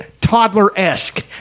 toddler-esque